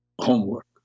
homework